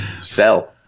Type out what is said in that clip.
Sell